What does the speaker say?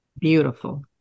Beautiful